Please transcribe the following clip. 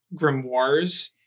grimoires